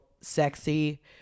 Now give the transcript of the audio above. sexy